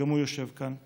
שגם הוא יושב כאן ביציע.